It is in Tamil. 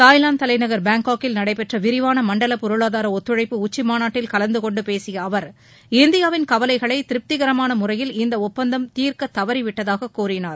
தாய்லாந் தலைநகர் பாங்காக்கில் நடைபெற்ற விரிவான மண்டல பொருளாதார ஒத்துழைப்பு உச்சிமாநாட்டில் கலந்து கொண்டு பேசிய அவர் இந்தியாவின் கவலைகளை திருப்திகரமான முறையில் இந்த ஒப்பந்தம் தீர்க்க தவறி விட்டதாக கூறினார்